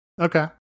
okay